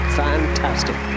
fantastic